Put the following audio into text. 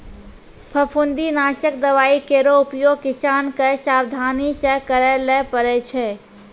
फफूंदी नासक दवाई केरो उपयोग किसान क सावधानी सँ करै ल पड़ै छै